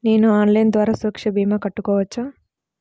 నేను ఆన్లైన్ ద్వారా సురక్ష భీమా కట్టుకోవచ్చా?